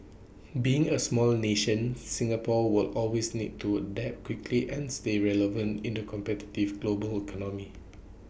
being A small nation Singapore will always need to adapt quickly and stay relevant in the competitive global economy